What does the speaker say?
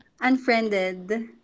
unfriended